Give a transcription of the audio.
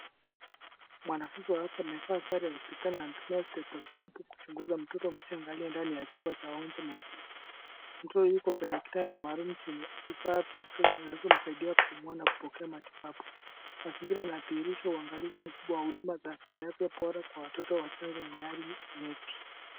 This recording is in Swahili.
Mwanafunzi wa afya amevaa sare za hospitali anatumia stetoskopu kuchunguza mtoto mchanga aliye ndani ya chumba cha wagonjwa mahututi. Mtoto yuko kwenye kitanda maalum chenye vifaa vya kisasa vinavyomsaidia kupumua na kupokea matibabu. Mazingira yanadhihirisha uangalifu mkubwa wa huduma za kiafya bora kwa watoto wachanga wenye hali nyeti.